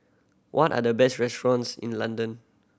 what are the best restaurants in London